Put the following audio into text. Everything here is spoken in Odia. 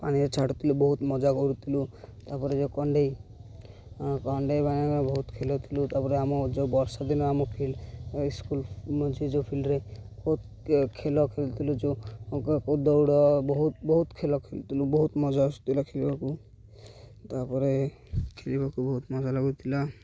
ପାଣିରେ ଛାଡ଼ୁଥିଲୁ ବହୁତ ମଜା କରୁଥିଲୁ ତା'ପରେ ଯେଉଁ କଣ୍ଢେଇ କଣ୍ଢେଇ ବହୁତ ଖେଳୁଥିଲୁ ତା'ପରେ ଆମ ଯେଉଁ ବର୍ଷା ଦିନ ଆମ ସ୍କୁଲ୍ ଯେଉଁ ଫିଲ୍ଡରେ ବହୁତ ଖେଳ ଖେଳୁଥିଲୁ ଯେଉଁ ଦୌଡ଼ ବହୁତ ବହୁତ ଖେଳ ଖେଳୁଥିଲୁ ବହୁତ ମଜା ଆସୁଥିଲା ଖେଳିବାକୁ ତା'ପରେ ଖେଳିବାକୁ ବହୁତ ମଜା ଲାଗୁଥିଲା